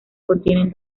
contiene